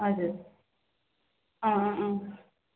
हजुर अँ अँ